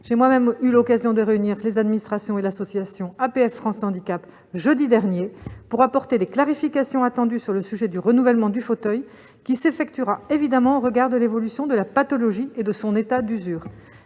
J'ai moi-même eu l'occasion de réunir les administrations et l'association APF France handicap jeudi dernier, pour apporter des clarifications attendues sur le sujet du renouvellement du fauteuil, qui s'effectuera évidemment au regard de l'évolution de la pathologie et de l'état d'usure